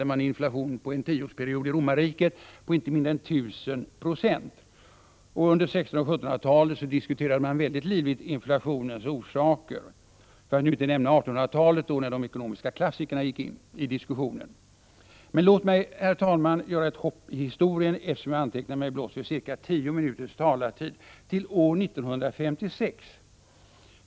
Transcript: uppgick inflationen i Romarriket under en tioårsperiod till inte mindre än 1 000 26! Under 1600-talet och 1700-talet diskuterade man livligt orsakerna till inflationen, för att inte nämna 1800-talet, då klassikerna inom nationalekonomin gick in i diskussionen. Men låt mig, herr talman, göra ett hopp i historien, eftersom jag antecknat mig för blott ca tio minuters taletid, till år 1956.